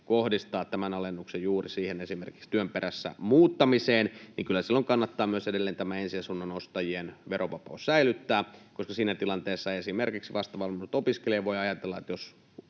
kohdistaa tämän alennuksen juuri esimerkiksi työn perässä muuttamiseen, niin kyllä silloin kannattaa edelleen myös tämä ensiasunnon ostajien verovapaus säilyttää, koska siinä tilanteessa esimerkiksi vastavalmistunut opiskelija voi ajatella, että jos